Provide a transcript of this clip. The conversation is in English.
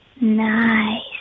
Nice